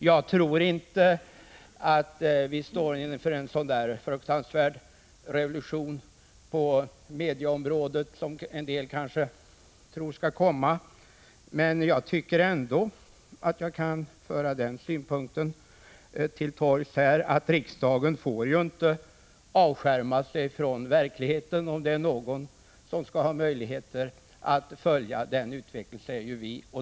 Jag tror inte att vi står inför en sådan oerhörd revolution på mediaområdet som några väntar sig skall komma. Men jag tycker ändå att jag kan föra den synpunkten till torgs att riksdagen inte får avskärma sig ifrån verkligheten. Om det är några som skall ha möjlighet att följa utvecklingen är det vi.